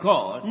God